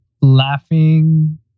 laughing